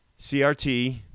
CRT